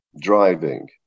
driving